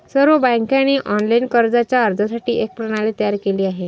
सर्व बँकांनी ऑनलाइन कर्जाच्या अर्जासाठी एक प्रणाली तयार केली आहे